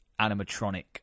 animatronic